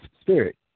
spirit